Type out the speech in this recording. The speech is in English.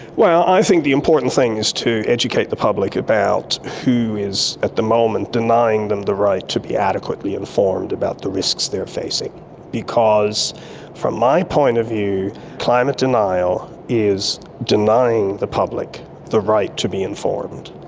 well, i think the important thing is to educate the public about who is at the moment denying them the right to be adequately informed about the risks they are facing because from my point of view climate denial is denying the public the right to be informed.